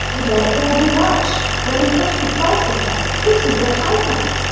you know, don't do much when it comes to crisis time. this is their high time.